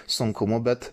sunkumų bet